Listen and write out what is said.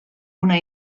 una